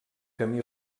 camí